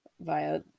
via